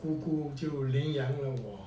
姑姑就领养了